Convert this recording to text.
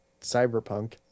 cyberpunk